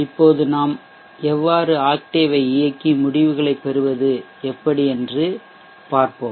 இப்போது நாம் எவ்வாறு ஆக்டேவை இயக்கி முடிவுகளைப் பெறுவது எப்படி என்று பார்ப்போம்